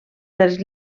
dels